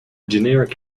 generic